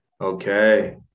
Okay